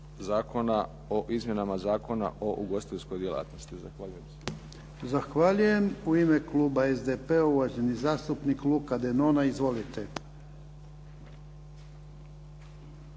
Zakona o izmjenama Zakona o ugostiteljskoj djelatnosti. Zahvaljujem se. **Jarnjak, Ivan (HDZ)** Zahvaljujem. U ime kluba SDP-a, uvaženi zastupnik Luka Denona. Izvolite.